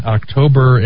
October